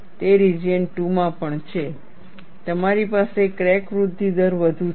તે રિજિયન 2 પણ છે તમારી પાસે ક્રેક વૃદ્ધિ દર વધુ છે